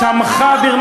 חוצפה.